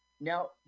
Now